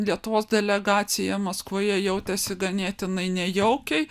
lietuvos delegacija maskvoje jautėsi ganėtinai nejaukiai